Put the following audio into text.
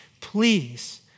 Please